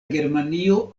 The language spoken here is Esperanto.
germanio